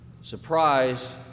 Surprise